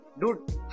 Dude